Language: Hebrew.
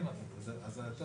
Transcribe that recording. אני אגיד